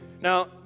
Now